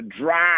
drive